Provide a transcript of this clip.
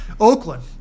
Oakland